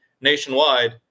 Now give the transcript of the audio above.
nationwide